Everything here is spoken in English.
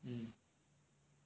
mm